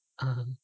(uh huh)